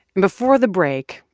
before the break,